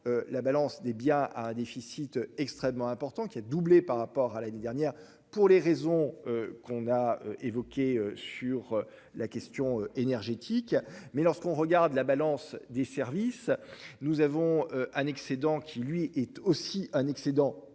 La balance des biens à un déficit extrêmement important qui a doublé par rapport à l'année dernière pour les raisons qu'on a évoqué sur la question énergétique. Mais lorsqu'on regarde la balance des services. Nous avons annexée dans qui lui est aussi un excédent record